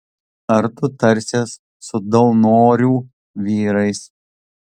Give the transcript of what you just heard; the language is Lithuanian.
ar tu tarsies su daunorių vyrais